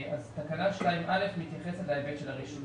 תקנה 2(א) מתייחסת להיבט של הרישוי.